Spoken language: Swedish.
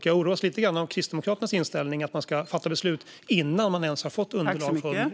Jag oroas lite grann av Kristdemokraternas inställning att man ska fatta beslut innan man ens har fått underlag från myndigheterna.